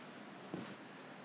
wash too many times